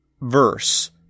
verse